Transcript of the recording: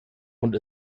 und